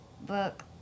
book